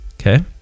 Okay